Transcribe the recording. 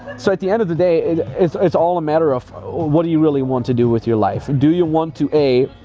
so at the end of the day, it's it's all a matter of what do you really want to do with your life? and do you want to a,